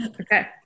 Okay